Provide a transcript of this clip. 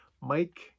Mike